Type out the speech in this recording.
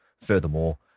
Furthermore